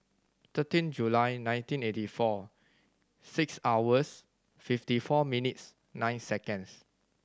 thirteen July nineteen eighty four six hours fifty four minutes nine seconds